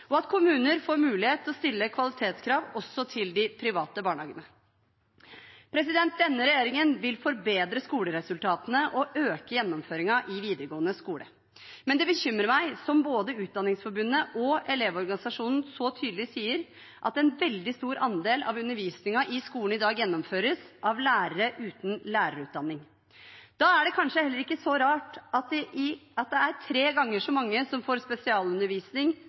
og at kommuner får mulighet til å stille kvalitetskrav også til de private barnehagene. Denne regjeringen vil forbedre skoleresultatene og øke gjennomføringen i videregående skole, men det bekymrer meg, som både Utdanningsforbundet og Elevorganisasjonen så tydelig sier, at en veldig stor andel av undervisningen i skolen i dag gjennomføres av lærere uten lærerutdanning. Da er det kanskje heller ikke så rart at det er tre ganger så mange som får spesialundervisning